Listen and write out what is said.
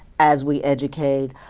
as we educate.